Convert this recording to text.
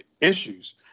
issues